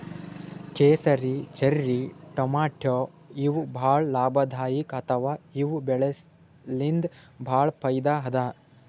ಕೇಸರಿ, ಚೆರ್ರಿ ಟಮಾಟ್ಯಾ ಇವ್ ಭಾಳ್ ಲಾಭದಾಯಿಕ್ ಅಥವಾ ಇವ್ ಬೆಳಿಲಿನ್ತ್ ಭಾಳ್ ಫೈದಾ ಅದಾ